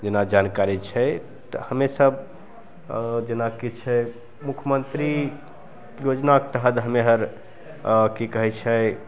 जेना जानकारी छै तऽ हमेसभ जेनाकि छै मुख्यमन्त्री योजनाके तहत हमे आओर कि कहै छै